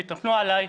התנפלו עלי,